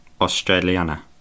Australiana